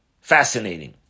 Fascinating